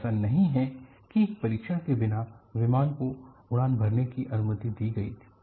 ऐसा नहीं है कि परीक्षण के बिना विमान को उड़ान भरने की अनुमति दी गई थी